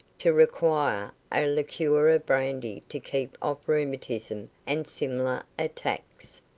to require a liqueur of brandy to keep off rheumatism and similar attacks.